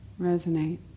resonate